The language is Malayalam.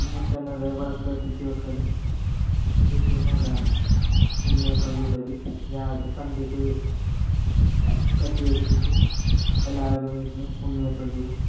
മുറ്റം നിറയെ വിളക്ക് കത്തിച്ചു വെക്കലും വിഷുവിന് അതാണ് ഉണ്ണിയപ്പം ചുടൽ രാ സന്ധ്യക്ക് ചട്ടി വെച്ചിട്ട് എല്ലാവരും ഇരുന്ന് ഉണ്ണിയപ്പം ചുടും